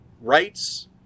Rights